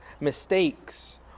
mistakes